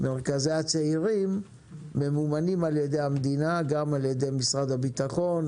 מרכזי הצעירים ממומנים על ידי המדינה גם על ידי משרד הבטחון,